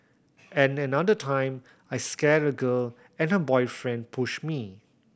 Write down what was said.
and another time I scared a girl and her boyfriend pushed me